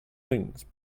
wings